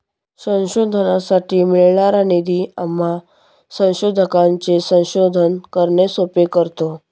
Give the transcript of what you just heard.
संशोधनासाठी मिळणारा निधी आम्हा संशोधकांचे संशोधन करणे सोपे करतो